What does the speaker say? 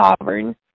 sovereign